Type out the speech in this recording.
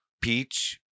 Peach